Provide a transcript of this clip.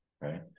right